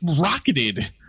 rocketed